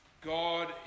God